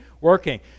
working